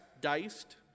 diced